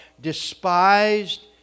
despised